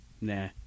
nah